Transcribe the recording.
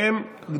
אני מודה לך,